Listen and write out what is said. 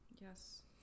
Yes